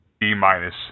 D-minus